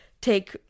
take